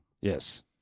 Yes